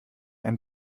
ein